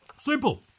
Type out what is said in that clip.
Simple